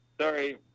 sorry